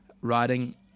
writing